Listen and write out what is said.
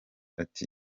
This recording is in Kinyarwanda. ati